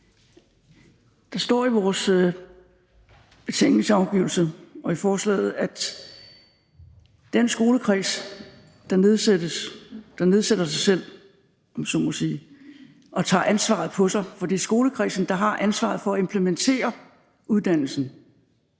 Der står i vores betænkningsafgivelse og i forslaget, at den skolekreds, der nedsætter sig selv, om jeg så må sige, tager ansvaret på sig, for det er skolekredsen, der har ansvaret for at implementere uddannelsen,